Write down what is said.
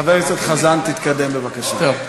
חבר הכנסת חזן, תתקדם בבקשה.